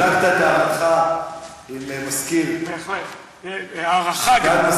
חלקת את דעתך עם סגן מזכירת הכנסת.